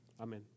Amen